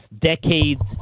decade's